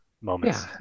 moments